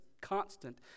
constant